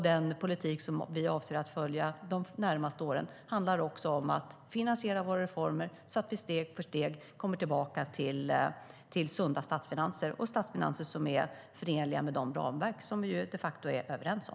Den politik som vi avser att följa de närmaste åren handlar också om att finansiera våra reformer så att vi steg för steg kommer tillbaka till sunda statsfinanser och statsfinanser som är förenliga med de ramverk som vi de facto är överens om.